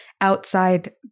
outside